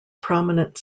prominent